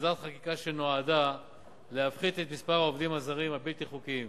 וסדרת חקיקה שנועדה להפחית את מספר העובדים הזרים הבלתי-חוקיים.